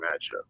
matchup